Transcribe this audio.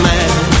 Man